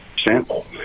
sample